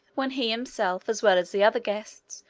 when he himself, as well as the other guests,